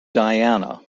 diana